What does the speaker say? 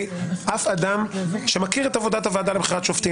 אף אדם שמכיר את עבודת הוועדה לבחירת שופטים,